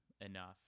enough